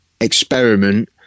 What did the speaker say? experiment